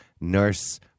nurse